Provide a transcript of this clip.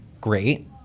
great